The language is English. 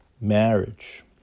marriage